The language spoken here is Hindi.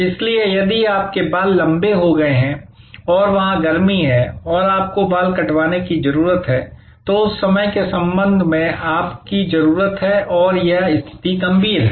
इसलिए यदि आपके बाल लंबे हो गए हैं और वहां गर्मी है और आपको बाल कटवाने की जरूरत है तो उस समय के संबंध में आपकी जरूरत है और यह स्थिति गंभीर है